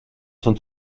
son